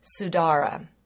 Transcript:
Sudara